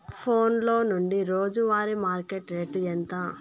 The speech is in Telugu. ఫోన్ల నుండి రోజు వారి మార్కెట్ రేటు ఎంత?